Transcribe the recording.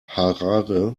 harare